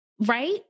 right